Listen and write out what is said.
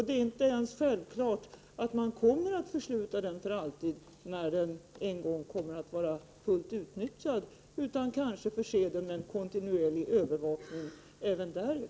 Det är inte ens självklart att man kommer att försluta den för alltid när den en gång kommer att vara fullt utnyttjad, utan man förser den kanske med en kontinuerlig övervakning även därefter.